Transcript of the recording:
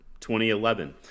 2011